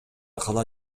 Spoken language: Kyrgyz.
кала